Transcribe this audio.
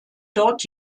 dort